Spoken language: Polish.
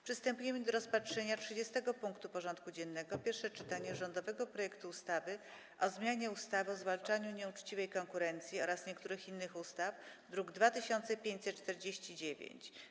Przystępujemy do rozpatrzenia punktu 30. porządku dziennego: Pierwsze czytanie rządowego projektu ustawy o zmianie ustawy o zwalczaniu nieuczciwej konkurencji oraz niektórych innych ustaw (druk nr 2549)